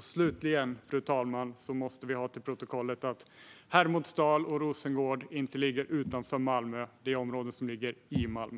Slutligen, fru talman, måste vi ha till protokollet att Hermodsdal och Rosengård inte ligger utanför Malmö. Det är områden som ligger i Malmö.